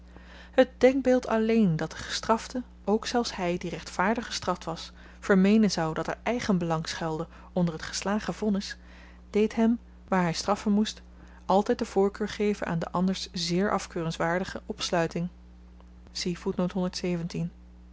het denkbeeld alleen dat de gestrafte ook zelfs hy die rechtvaardig gestraft was vermeenen zou dat er eigenbelang schuilde onder het geslagen vonnis deed hem waar hy straffen moest altyd de voorkeur geven aan de anders zeer afkeurenswaardige opsluiting